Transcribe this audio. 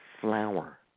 flower